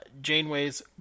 Janeway's